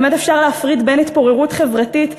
באמת אפשר להפריד בין התפוררות חברתית,